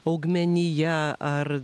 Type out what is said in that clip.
augmenija ar